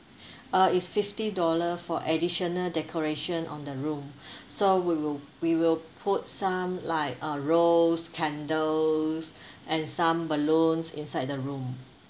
uh it's fifty dollar for additional decoration on the room so we will we will put some like uh rose candles and some balloons inside the room